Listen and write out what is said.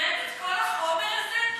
הקראת את כל החומר הזה?